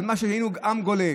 כשהיינו עם גולה.